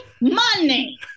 money